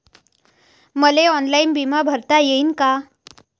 मले ऑनलाईन बिमा भरता येईन का?